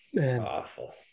awful